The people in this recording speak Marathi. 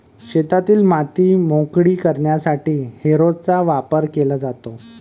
शेतातील माती मोकळी करण्यासाठी हॅरोचा वापर केला जातो